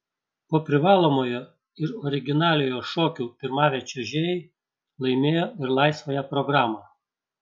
po privalomojo ir originaliojo šokių pirmavę čiuožėjai laimėjo ir laisvąją programą